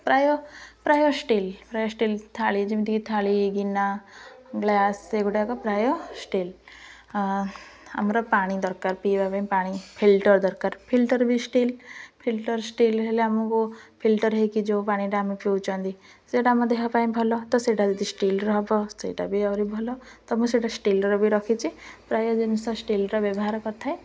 ହଁ ପ୍ରାୟ ପ୍ରାୟ ଷ୍ଟିଲ୍ ପ୍ରାୟ ଷ୍ଟିଲ୍ ଥାଳି ଯେମିତିକି ଥାଳି ଗିନା ଗ୍ଲାସ୍ ସେଗୁଡ଼ାକ ପ୍ରାୟ ଷ୍ଟିଲ୍ ଆମର ପାଣି ଦରକାର ପିଇବା ପାଇଁ ପାଣି ଫିଲ୍ଟର୍ ଦରକାର ଫିଲ୍ଟର୍ ବି ଷ୍ଟିଲ୍ ଫିଲ୍ଟର୍ ଷ୍ଟିଲ୍ ହେଲେ ଆମକୁ ଫିଲ୍ଟର୍ ହେଇକି ଯେଉଁ ପାଣିଟା ଆମେ ପିଉଛନ୍ତି ସେଇଟା ଆମ ଦେହ ପାଇଁ ଭଲ ତ ସେଇଟା ଯଦି ଷ୍ଟିଲ୍ର ହବ ସେଇଟା ବି ଆହୁରି ଭଲ ତ ମୁଁ ସେଇଟା ଷ୍ଟିଲ୍ର ବି ରଖିଛି ପ୍ରାୟ ଜିନିଷ ଷ୍ଟିଲର ବ୍ୟବହାର କଥାଏ